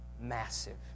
massive